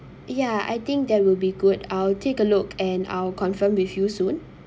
ya I think that will be good I'll take a look and I'll confirm with you soon